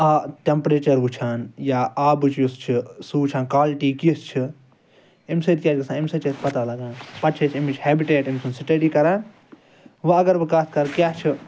temperature وٕچھان یا آبچ یُس چھِ سُہ وٕچھان کالٹی کِژھ چھِ امہ سۭتۍ کیاہ چھ گَژھان امہ سۭتۍ چھ پتاہ لگان پَتہٕ چھِ أسۍ امچ ہیٚبِٹیٹ امہ سنز سٹیٚڈی کران وۄنۍ اگر بہٕ کتھ کَرٕ کیاہ چھ